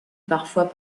parfois